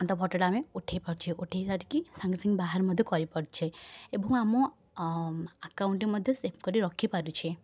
ତ ଫଟୋଟା ଆମେ ଉଠେଇ ପାରୁଛେ ଉଠେଇ ସାରିକି ସାଙ୍ଗେସାଙ୍ଗେ ମଧ୍ୟ ବାହାର କରିପାରୁଛେ ଏବଂ ଆମ ଆକାଉଣ୍ଟରେ ମଧ୍ୟ ସେଭ କରିକି ରଖିପାରୁଛେ